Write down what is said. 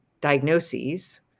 diagnoses